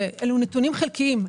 אלה נתונים חלקיים.